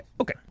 Okay